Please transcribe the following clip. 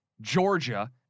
Georgia